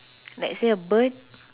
let's say a bird